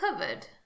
covered